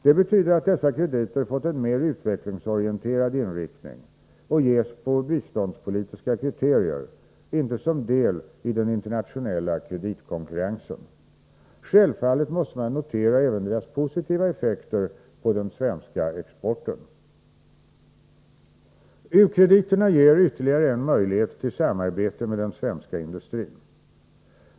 Det betyder att dessa krediter fått en mer utvecklingsorienterad inriktning och ges på biståndspolitiska kriterier, inte som en del i den internationella kreditkonkurrensen. Självfallet måste man notera även deras positiva effekter på den svenska exporten. U-krediterna ger ytterligare en möjlighet till samarbete med den svenska industrin.